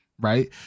right